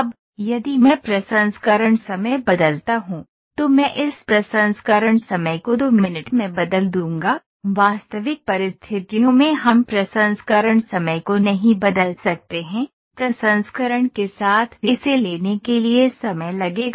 अब यदि मैं प्रसंस्करण समय बदलता हूं तो मैं इस प्रसंस्करण समय को 2 मिनट में बदल दूंगा वास्तविक परिस्थितियों में हम प्रसंस्करण समय को नहीं बदल सकते हैं प्रसंस्करण के साथ इसे लेने के लिए समय लगेगा